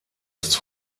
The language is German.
ist